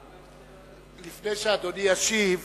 לפני שאדוני ישיב: